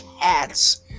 cats